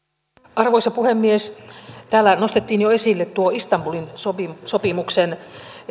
arvoisa puhemies täällä nostettiin jo esille tuo istanbulin sopimuksen sopimuksen